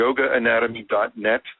yogaanatomy.net